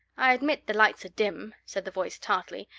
i admit the lights are dim, said the voice tartly,